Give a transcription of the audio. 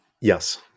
Yes